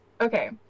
Okay